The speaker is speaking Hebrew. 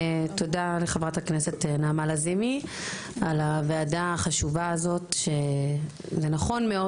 תודה לחברת הכנסת נעמה לזימי על הוועדה החשובה הזאת שזה נכון מאוד